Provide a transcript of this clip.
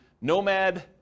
nomad